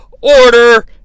order